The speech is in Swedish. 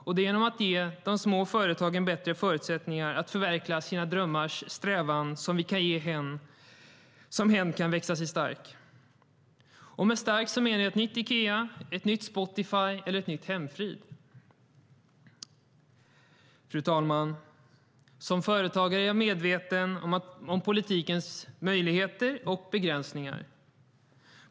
Det är genom att ge de små företagen bättre förutsättningar att genom sin strävan förverkliga sina drömmar som de kan växa sig starka. Och med starka menar jag ett nytt Ikea, ett nytt Spotify eller ett nytt Hemfrid.Fru talman! Som företagare är jag medveten om politikens möjligheter och begränsningar.